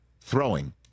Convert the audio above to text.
throwing –